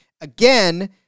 again